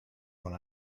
when